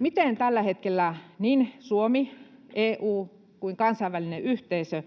Miten tällä hetkellä niin Suomi, EU kuin kansainvälinen yhteisö